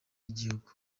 igihugu